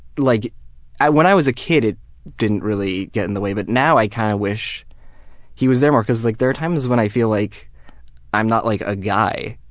like when i was a kid it didn't really get in the way but now i kind of wish he was there more because like there are times when i feel like i'm not like a guy.